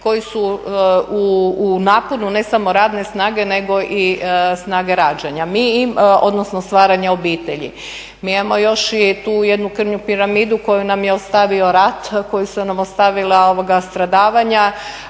koji su u naponu ne samo radne snage nego i snage rađanja, odnosno stvaranja obitelji. Mi imamo još i tu jednu krnju piramidu koju nam je ostavio rat, koju su nam ostavila stradavanja,